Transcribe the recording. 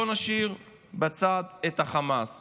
בואו נשאיר בצד את החמאס,